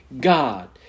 God